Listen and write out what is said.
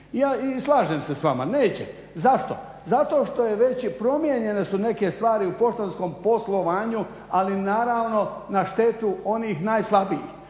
I slažem se s vama, neće. Zašto? Zato što je već i promijenjene su neke stvari u poštanskom poslovanju, ali naravno na štetu onih najslabijih.